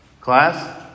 Class